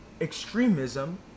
extremism